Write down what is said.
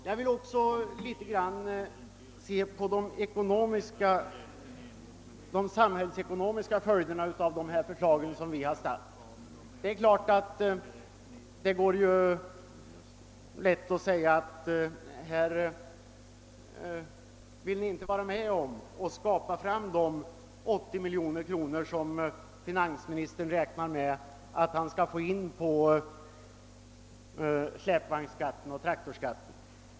Jag vill också se på de samhällsekonomiska följderna av de förslag vi har framställt. Det är klart att det går lätt att säga, att vi inte vill vara med om att skaka fram de 80 miljoner kronor, som finansministern räknar med att han skall få in på släpvagnsskatten och traktorskatten.